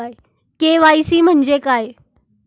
KYC म्हणजे काय आहे?